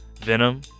Venom